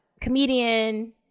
comedian